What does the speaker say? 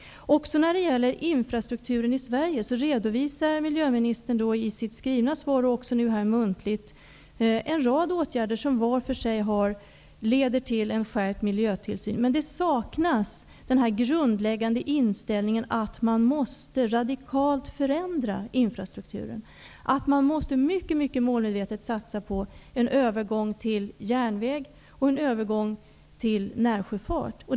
När det gäller infrastrukturen i Sverige redovisar miljöministern i sitt skrivna svar, och även nu muntligt, en rad åtgärder som var för sig leder till en skärpt miljötillsyn. Men det som saknas är en grundläggande inställning att man måste radikalt förändra infrastrukturen. Man måste mycket målmedvetet satsa på en övergång till transporter på järnväg och närsjöfart.